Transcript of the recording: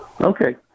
Okay